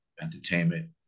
Entertainment